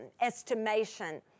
estimation